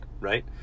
right